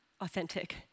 authentic